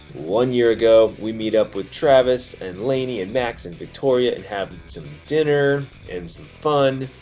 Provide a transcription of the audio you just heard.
one year ago, we meet up with travis and laney and max and victoria and have some dinner and some fun.